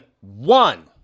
one